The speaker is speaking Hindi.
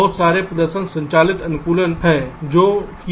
बहुत सारे प्रदर्शन संचालित अनुकूलन हैं जो किए जाते हैं